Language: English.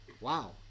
wow